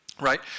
right